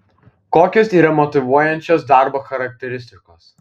kokios yra motyvuojančios darbo charakteristikos